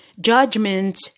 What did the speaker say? judgments